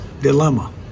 dilemma